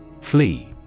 Flee